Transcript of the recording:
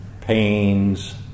pains